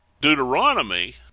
Deuteronomy